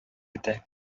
итә